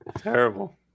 Terrible